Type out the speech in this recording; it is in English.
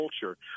culture